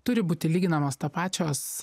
turi būti lyginamos tapačios